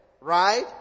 right